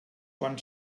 quan